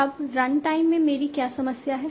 अब run time में मेरी क्या समस्या है